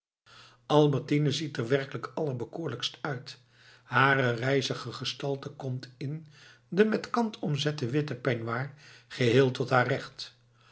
albertine ziet er werkelijk allerbekoorlijkst uit hare rijzige gestalte komt in den met kant omzetten witten peignoir geheel tot haar recht